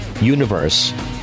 universe